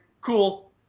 cool